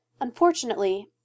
Unfortunately